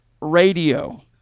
Radio